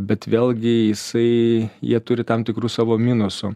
bet vėlgi jisai jie turi tam tikrų savo minusų